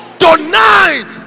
tonight